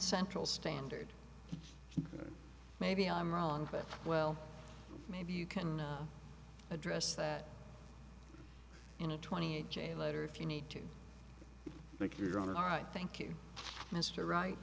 central standard maybe i'm wrong but well maybe you can address that in a twenty eight j later if you need to make your own all right thank you mr wright